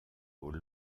aux